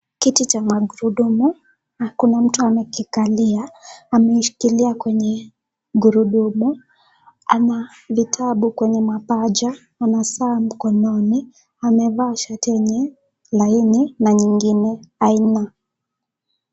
Kiti cha magurudumu na kuna mtu amekikalia, ameishikilia kwenye gurudumu. Ana vitabu kwenye mapaja, ana saa mkononi. Amevaa shati yenye laini na nyingine haina.